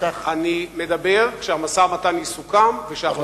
אני מתכוון כשהמשא-ומתן יסוכם וכשההחלטה תעבור,